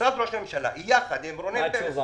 במשרד ראש הממשלה יחד עם רונן פרץ,